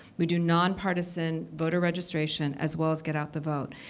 we do nonpartisan voter registration as well as get out the vote.